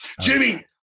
Jimmy